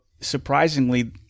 surprisingly